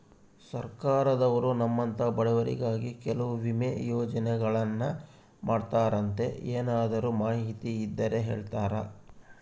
ಸರ್ಕಾರದವರು ನಮ್ಮಂಥ ಬಡವರಿಗಾಗಿ ಕೆಲವು ವಿಮಾ ಯೋಜನೆಗಳನ್ನ ಮಾಡ್ತಾರಂತೆ ಏನಾದರೂ ಮಾಹಿತಿ ಇದ್ದರೆ ಹೇಳ್ತೇರಾ?